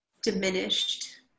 diminished